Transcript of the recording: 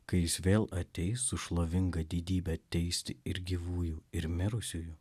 kai jis vėl ateis su šlovinga didybe teisti ir gyvųjų ir mirusiųjų